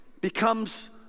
becomes